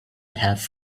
have